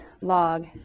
log